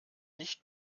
nicht